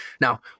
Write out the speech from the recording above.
Now